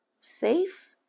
safe